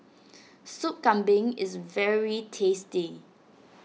Soup Kambing is very tasty